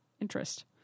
interest